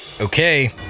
Okay